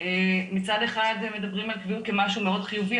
מצד אחד מדברים על קביעות כמשהו מאוד חיובי,